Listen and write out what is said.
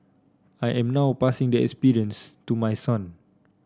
I am now passing the experience to my son